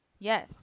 yes